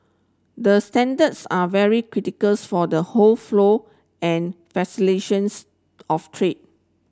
the standards are very critical for the whole flow and of trade